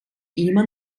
immer